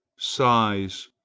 size,